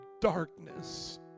darkness